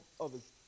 others